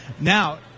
Now